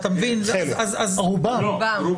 רובם.